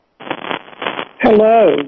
Hello